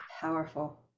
powerful